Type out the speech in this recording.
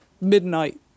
midnight